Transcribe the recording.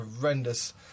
horrendous